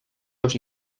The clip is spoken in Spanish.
los